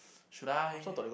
should I